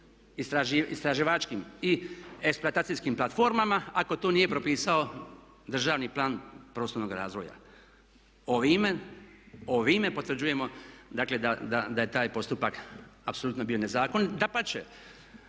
istraživačkim i eksploatacijskim platformama ako to nije propisao državni plan prostornog razvoja. Ovime potvrđujemo dakle da je taj postupak apsolutno bio nezakonit. Dapače